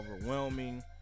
overwhelming